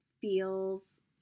feels